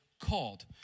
called